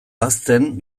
ahazten